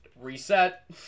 reset